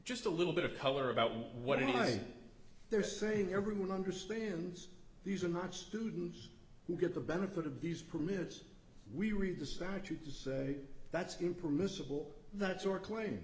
just a little bit of color about what do you think they're saying everyone understands these are not students who get the benefit of these permits we read the statute you say that's impermissible that's your claim